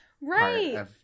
Right